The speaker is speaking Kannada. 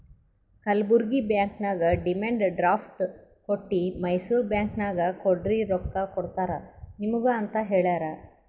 ಕಲ್ಬುರ್ಗಿ ಬ್ಯಾಂಕ್ ನಾಗ್ ಡಿಮಂಡ್ ಡ್ರಾಫ್ಟ್ ಕೊಟ್ಟಿ ಮೈಸೂರ್ ಬ್ಯಾಂಕ್ ನಾಗ್ ಕೊಡ್ರಿ ರೊಕ್ಕಾ ಕೊಡ್ತಾರ ನಿಮುಗ ಅಂತ್ ಹೇಳ್ಯಾರ್